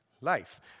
life